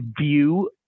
view